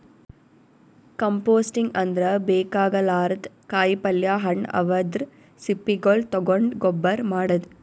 composting ಅಂದ್ರ ಬೇಕಾಗಲಾರ್ದ್ ಕಾಯಿಪಲ್ಯ ಹಣ್ಣ್ ಅವದ್ರ್ ಸಿಪ್ಪಿಗೊಳ್ ತಗೊಂಡ್ ಗೊಬ್ಬರ್ ಮಾಡದ್